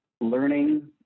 learning